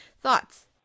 Thoughts